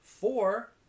four